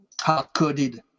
hard-coded